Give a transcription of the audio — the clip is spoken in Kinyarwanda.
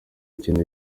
ikintu